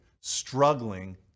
struggling